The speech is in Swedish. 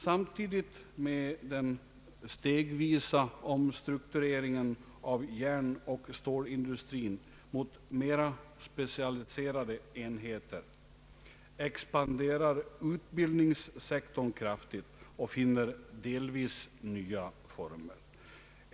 Samtidigt med den stegvisa omstruktureringen av järnoch stålindustrin mot mera specialiserade enheter expanderar utbildningssektorn kraftigt och finner delvis nya former.